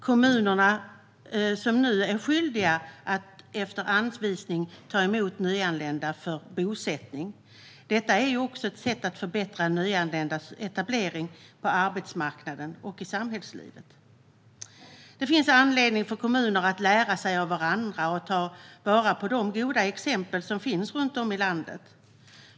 Kommunerna är skyldiga att efter anvisning ta emot nyanlända för bosättning, och detta är ett sätt att förbättra nyanländas etablering på arbetsmarknaden och i samhällslivet. Det finns anledning för kommuner att lära av varandra och ta vara på de goda exempel som finns runt om i landet.